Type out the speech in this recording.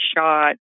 shot